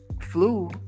flu